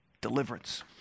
deliverance